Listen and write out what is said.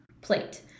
plate